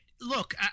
Look